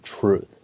truth